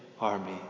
Army